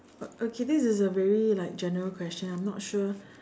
okay this is a very like general question I'm not sure